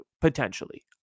potentially